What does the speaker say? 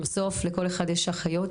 בסוף לכל אחד יש אחיות,